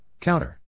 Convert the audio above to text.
Counter